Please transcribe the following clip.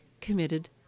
committed